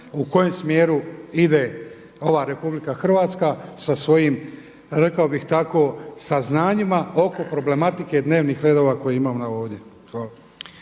u kojem smjeru ide ova RH sa svojim rekao bih tako saznanjima oko problematike dnevnih redova koje imamo ovdje.